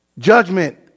Judgment